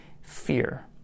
fear